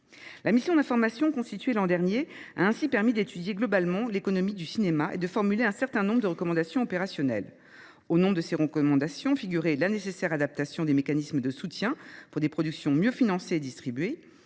La mission d’information constituée l’an dernier a ainsi permis d’étudier globalement l’économie du cinéma et de formuler des recommandations opérationnelles. Au nombre de celles ci figuraient la nécessaire adaptation des mécanismes de soutien pour des productions mieux financées et distribuées,